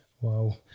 Wow